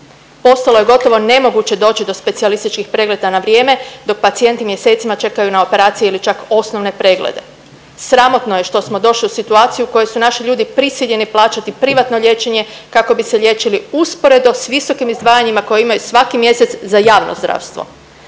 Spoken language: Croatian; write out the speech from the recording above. Postalo je gotovo nemoguće doći do specijalističkih pregleda na vrijeme dok pacijenti mjesecima čekaju na operacije ili čak osnovne preglede. Sramotno je što smo došli u situaciju u kojoj su naši ljudi prisiljeni plaćati privatno liječenje kako bi se liječili usporedo s visokim izdvajanjima koje imaju svaki mjesec za javno zdravstvo.